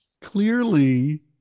Clearly